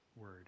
word